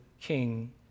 king